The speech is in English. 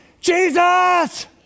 Jesus